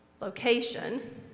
location